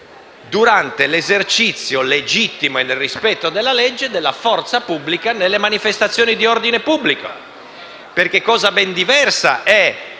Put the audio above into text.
durante l'esercizio legittimo e nel rispetto della legge della forza pubblica nelle manifestazioni di ordine pubblico. Cosa ben diversa è